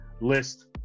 List